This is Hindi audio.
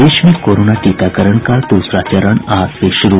प्रदेश में कोरोना टीकाकरण का दूसरा चरण आज से शुरू